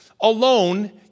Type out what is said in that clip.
alone